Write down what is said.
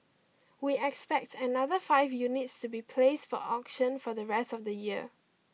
we expect another five units to be placed for auction for the rest of the year